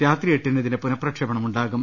രാത്രി എട്ടിന് ഇതിന്റെ പുനഃപ്രക്ഷേപണമുണ്ടാകും